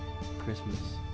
Christmas